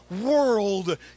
world